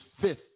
fifth